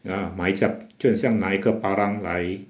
ya 买一架就很像拿一个 parang 来